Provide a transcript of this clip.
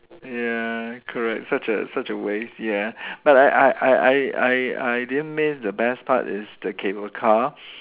ya correct such a such a waste ya but I I I I I I didn't miss the best part is the cable car